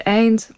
eind